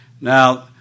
Now